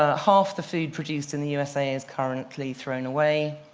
ah half the food produced in the usa is currently thrown away.